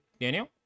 Daniel